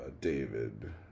david